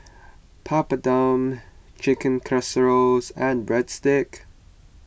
Papadum Chicken Casseroles and Breadsticks